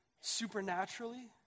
supernaturally